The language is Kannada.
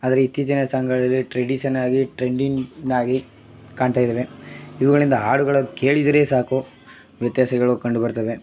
ಆದರೆ ಇತ್ತೀಚಿನ ಸಾಂಗ್ಗಳಲ್ಲಿ ಟ್ರೇಡಿಷನಾಗಿ ಟ್ರೆಂಡಿಂಗ್ನಾಗಿ ಕಾಣ್ತಾ ಇದ್ದಾವೆ ಇವುಗಳಿಂದ ಹಾಡುಗಳು ಕೇಳಿದರೆ ಸಾಕು ವ್ಯತ್ಯಾಸಗಳು ಕಂಡು ಬರ್ತವೆ